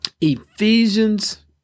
Ephesians